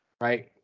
right